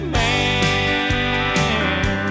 man